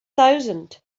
thousand